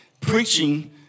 preaching